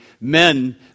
men